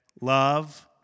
love